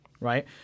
right